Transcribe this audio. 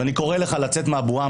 ואני קורא לך לצאת מהבועה,